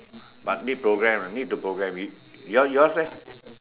but need program ah need to program you yours yours leh